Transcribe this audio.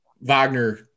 wagner